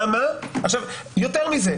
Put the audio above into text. יותר מזה,